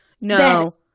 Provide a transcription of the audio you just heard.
No